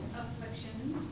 afflictions